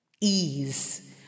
ease